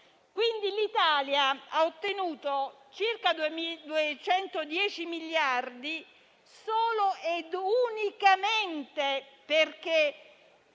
quindi ottenuto circa 210 miliardi solo e unicamente perché